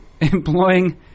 employing